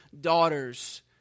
daughters